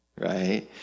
right